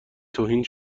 توهین